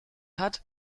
hat